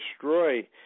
destroy